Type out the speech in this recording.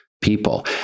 people